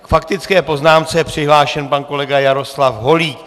K faktické poznámce je přihlášen pan kolega Jaroslav Holík.